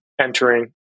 Entering